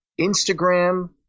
Instagram